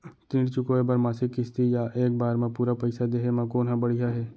ऋण चुकोय बर मासिक किस्ती या एक बार म पूरा पइसा देहे म कोन ह बढ़िया हे?